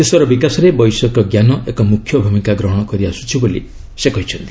ଦେଶର ବିକାଶରେ ବୈଷୟିକ ଜ୍ଞାନ ଏକ ମୁଖ୍ୟ ଭୂମିକା ଗ୍ରହଣ କରିଆସୁଛି ବୋଲି ସେ କହିଛନ୍ତି